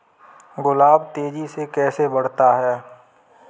गुलाब तेजी से कैसे बढ़ता है?